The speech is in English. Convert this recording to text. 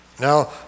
Now